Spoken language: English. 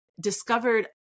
discovered